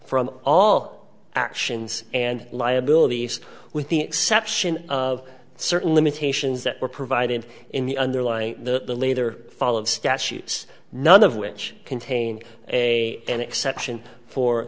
from all actions and liabilities with the exception of certain limitations that were provided in the underlying the later fall of statutes none of which contain a an exception for